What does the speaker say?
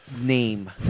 name